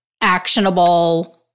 actionable